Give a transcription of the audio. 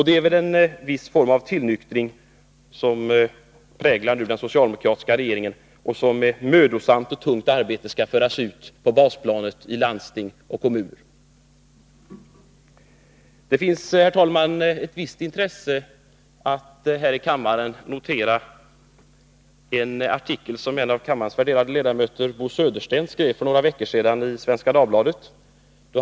Det är väl en viss form av tillnyktring som nu präglar den socialdemokratiska regeringen och som med mödosamt och tungt arbete skall föras ut på basplanet i landsting och kommuner. Det har ett visst intresse att här i kammaren notera en artikel som en av kammarens värderade ledamöter, Bo Södersten, skrev för några veckor sedan i Svenska Dagbladet.